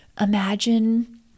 Imagine